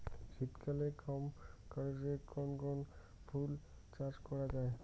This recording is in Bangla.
শীতকালে কম খরচে কোন কোন ফুল চাষ করা য়ায়?